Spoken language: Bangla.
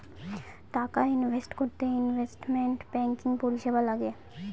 টাকা ইনভেস্ট করতে ইনভেস্টমেন্ট ব্যাঙ্কিং পরিষেবা লাগে